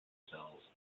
cells